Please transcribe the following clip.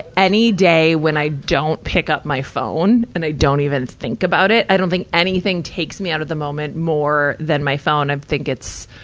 any day when i don't pick up my phone, and i don't even think about it. i don't think anything takes me out of the moment more than my phone. i think it's,